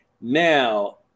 Now